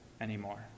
anymore